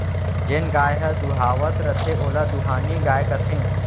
जेन गाय ह दुहावत रथे ओला दुहानी गाय कथें